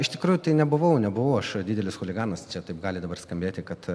iš tikrųjų tai nebuvau nebuvau aš didelis chuliganas čia taip gali dabar skambėti kad